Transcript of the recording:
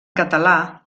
català